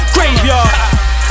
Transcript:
Graveyard